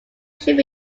should